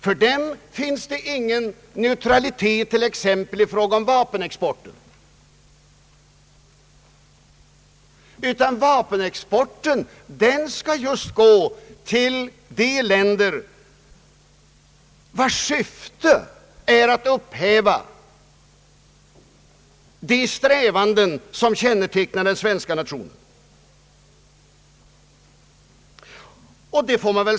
För den finns det ingen neutralitet, t.ex. i fråga om vapenexporten, utan denna skall gå just till de länder vilkas syfte är att upphäva sådana strävanden som kännetecknar den svenska nationen.